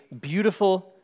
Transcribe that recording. beautiful